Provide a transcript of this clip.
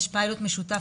יש פיילוט משותף,